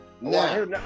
Now